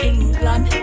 England